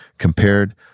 Compared